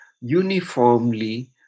uniformly